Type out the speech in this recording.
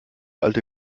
alte